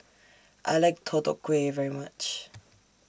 I like Deodeok Gui very much